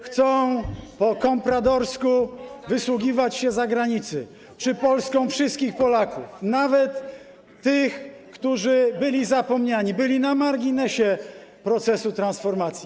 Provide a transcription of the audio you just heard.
które chcą po kompradorsku wysługiwać się zagranicy, czy Polską wszystkich Polaków, nawet tych, którzy byli zapomniani, byli na marginesie procesu transformacji?